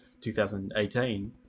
2018